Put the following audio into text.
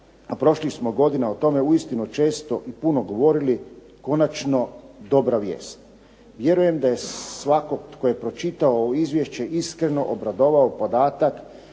a prošlih smo godina o tome uistinu često i puno govorili, konačno dobra vijest. Vjerujem da je svakog tko je pročitao ovo izvješće iskreno obradovao podatak